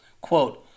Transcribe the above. Quote